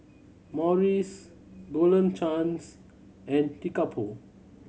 Morries Golden Chance and Kickapoo